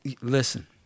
Listen